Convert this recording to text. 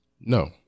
no